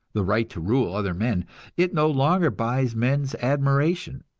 the right to rule other men it no longer buys men's admiration.